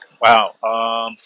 Wow